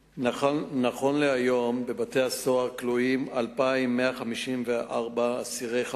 ה"חמאס" כלואים בבתי-הסוהר על-פי פסקי-דין של בתי-המשפט בישראל?